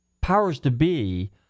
powers-to-be